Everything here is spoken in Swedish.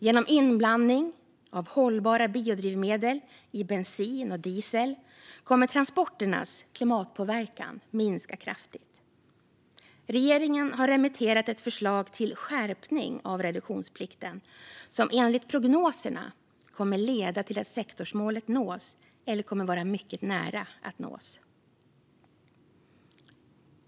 Genom inblandning av hållbara biodrivmedel i bensin och diesel kommer transporternas klimatpåverkan att minska kraftigt. Regeringen har remitterat ett förslag om skärpning av reduktionsplikten, som enligt prognoserna kommer att leda till att sektormålet nås eller kommer att vara mycket nära att nås.